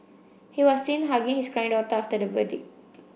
he was seen hugging his crying daughter after the verdict